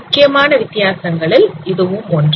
முக்கியமான வித்தியாசங்களில் இதுவும் ஒன்று